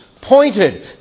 pointed